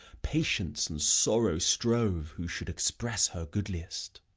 patience and sorrow strove who should express her goodliest.